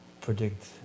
predict